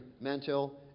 mental